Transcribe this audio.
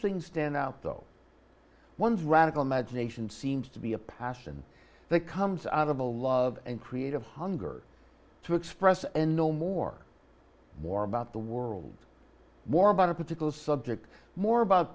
things stand out though one's radical imagination seems to be a passion that comes out of the love and creative hunger to express and know more more about the world more about a particular subject more about